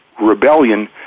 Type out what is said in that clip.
rebellion